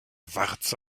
warze